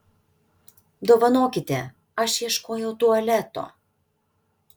dovanokite aš ieškojau tualeto